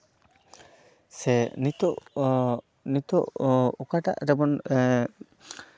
ᱥᱮ ᱱᱤᱛᱚᱜ ᱱᱤᱛᱚᱜ ᱚᱠᱟᱴᱟᱜ ᱨᱮᱵᱚᱱ ᱮᱜ